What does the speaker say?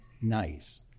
nice